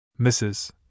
Mrs